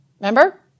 Remember